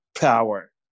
power